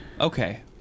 Okay